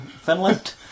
Finland